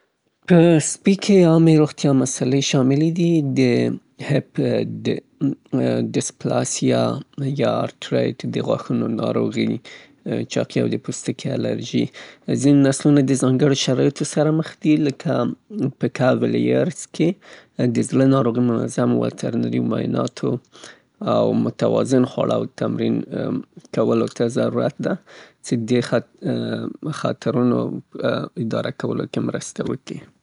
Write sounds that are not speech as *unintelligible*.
په سپي کې عامې روغتيا مسألې شاملې دي. د *unintelligible* د ډېسک اسيا يا ارترايد د غاښونو ناروغي، چاقي او د پوستکي الرجي. ځينې نسلونه د ځانګړو شرايطو سره مخ دي لکه په *unintelligible* کې د زړه ناروغي، منظم وتل د مايناتو او متوازن خواړه او تمرين کولو ته ضرورت ده چې دې خط - خطرونو اداره کولو کې مرسته وکي.